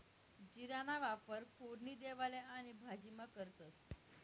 जीराना वापर फोडणी देवाले आणि भाजीमा करतंस